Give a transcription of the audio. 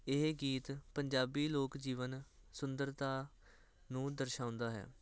ਇਹ ਗੀਤ ਪੰਜਾਬੀ ਲੋਕ ਜੀਵਨ ਸੁੰਦਰਤਾ ਨੂੰ ਦਰਸਾਉਂਦਾ ਹੈ